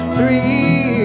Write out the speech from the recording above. three